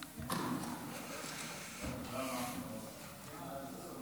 חוק לתיקון פקודת בריאות העם (מס' 41),